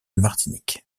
martinique